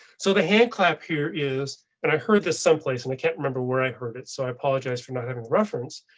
so the hand clap here is and i heard this someplace and i can't remember where i heard it, so i apologize for not having reference.